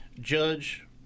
judge